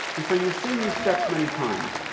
and so you've seen these steps many times.